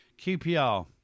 QPR